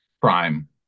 prime